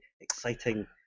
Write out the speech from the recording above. exciting